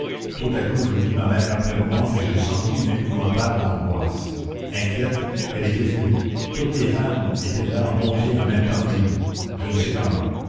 tout à coup je vis ma mère près de moi et je sentis une épouvantable angoisse inquiète elle était venue toutes les la commune femmes étaient là montées en même temps que nous je ne sais comment